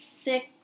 six